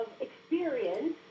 experience